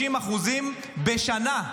30% בשנה,